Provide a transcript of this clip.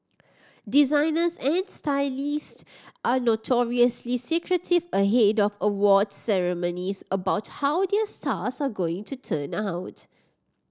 designers and stylist are notoriously secretive ahead of awards ceremonies about how their stars are going to turn out